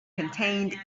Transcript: contained